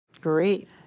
Great